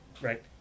right